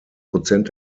prozent